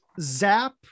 zap